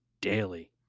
daily